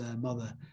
mother